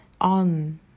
on